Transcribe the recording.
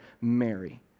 Mary